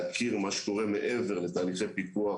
להכיר מה שקורה מעבר לתהליכי פיקוח